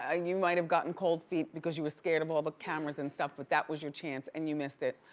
ah you might've gotten cold feet cause you were scared of all the cameras and stuff, but that was your chance, and you missed it,